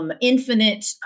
infinite